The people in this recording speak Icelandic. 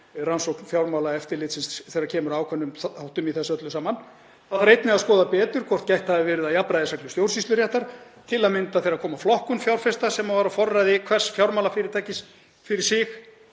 rannsókn Fjármálaeftirlitsins þegar kemur að ákveðnum þáttum í þessu öllu saman. Þá þarf einnig að skoða betur hvort gætt hafi verið að jafnræðisreglu stjórnsýsluréttar, til að mynda þegar kom að flokkun fjárfesta, sem var á forræði hvers fjármálafyrirtækis fyrir sig.